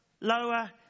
lower